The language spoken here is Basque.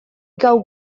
gau